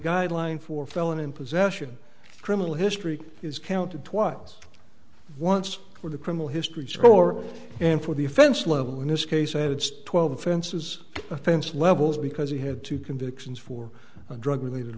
guideline for felon in possession criminal history is counted twice once for the criminal history score and for the offense level in this case adds twelve offenses offense levels because he had two convictions for drug related